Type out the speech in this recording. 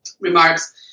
remarks